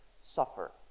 suffer